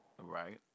Right